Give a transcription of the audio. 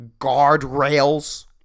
guardrails